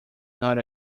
not